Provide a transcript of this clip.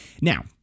Now